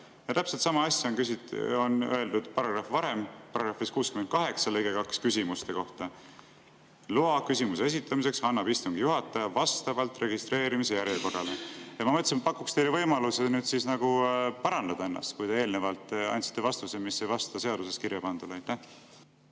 Täpselt sama asja on öeldud varasema paragrahvi, § 68 lõikes 2 küsimuste kohta: "Loa küsimuse esitamiseks annab istungi juhataja vastavalt registreerimise järjekorrale." Ma mõtlesin, et pakun teile võimaluse ennast parandada, kui te eelnevalt andsite vastuse, mis ei vasta seaduses kirjapandule.